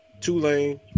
Tulane